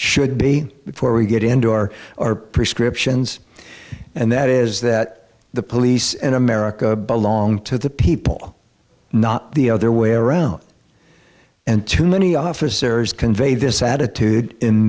should be before we get into our our prescriptions and that is that the police and america belong to the people not the other way around and too many officers convey this attitude in